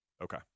Okay